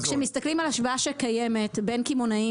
כשמסתכלים על השוואה שקיימת בין קמעונאים